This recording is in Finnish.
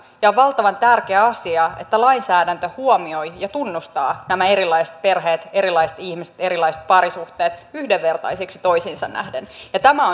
ja on valtavan tärkeä asia että lainsäädäntö huomioi ja tunnustaa nämä erilaiset perheet erilaiset ihmiset erilaiset parisuhteet yhdenvertaisiksi toisiinsa nähden tämä